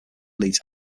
leads